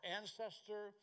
ancestor